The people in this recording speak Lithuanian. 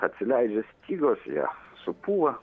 atsileidžia stygos jo supūva